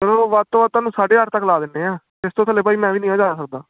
ਚਲੋ ਵੱਧ ਤੋਂ ਵੱਧ ਤੁਹਾਨੂੰ ਸਾਢੇ ਅੱਠ ਤੱਕ ਲਾ ਦਿੰਦੇ ਹਾਂ ਇਸ ਤੋਂ ਥੱਲੇ ਭਾਅ ਜੀ ਮੈਂ ਵੀ ਨਹੀਂ ਨਾ ਜਾ ਸਕਦਾ